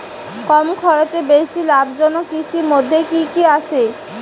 কম খরচে বেশি লাভজনক কৃষির মইধ্যে কি কি আসে?